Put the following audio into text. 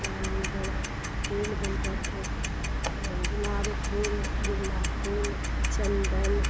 तहन हुनकर फूल बेलपत्र गुलाब फूल गेन्दा फूल चन्दन